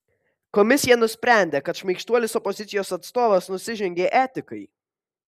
komisija nusprendė kad šmaikštuolis opozicijos atstovas nusižengė etikai